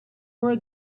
were